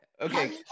Okay